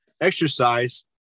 exercise